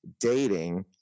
dating